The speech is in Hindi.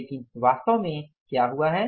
लेकिन वास्तव में क्या हुआ है